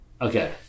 Okay